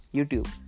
YouTube